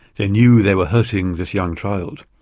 they knew they were hurting this young child.